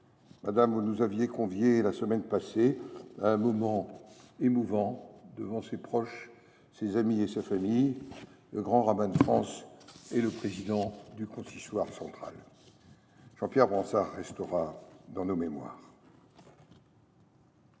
Madame, vous nous avez conviés, la semaine passée, à un moment émouvant devant ses proches, ses amis et sa famille, le grand rabbin de France et le président du Consistoire central. Jean Pierre Bansard restera dans nos mémoires.